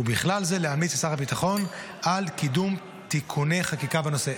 ובכלל זה להמליץ לשר הביטחון על קידום תיקוני חקיקה בנושא.